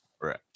Right